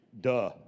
duh